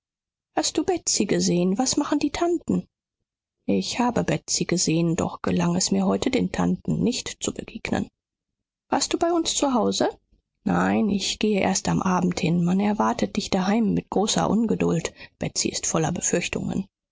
hast du betsy gesehen was machen die tanten ich habe betsy gesehen doch gelang es mir heute den tanten nicht zu begegnen warst du bei uns zu hause nein ich gehe erst am abend hin man erwartet dich daheim mit großer ungeduld betsy ist voller befürchtungen